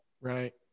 Right